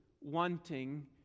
wanting